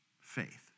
Faith